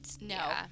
No